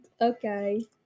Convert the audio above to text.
Okay